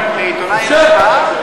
לעיתונאי אין השפעה?